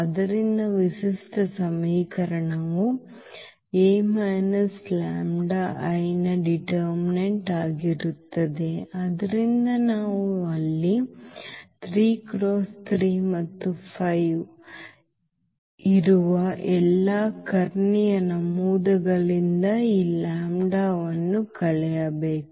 ಆದ್ದರಿಂದ ವಿಶಿಷ್ಟ ಸಮೀಕರಣವು ಈ A λI ನ ನಿರ್ಣಾಯಕವಾಗಿರುತ್ತದೆ ಆದ್ದರಿಂದ ನಾವು ಅಲ್ಲಿ 3 × 3 ಮತ್ತು 5 ಇರುವ ಎಲ್ಲಾ ಕರ್ಣೀಯ ನಮೂದುಗಳಿಂದ ಈ ಲ್ಯಾಂಬ್ಡಾವನ್ನು ಕಳೆಯಬೇಕು